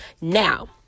Now